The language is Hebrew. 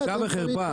הוא בושה וחרפה.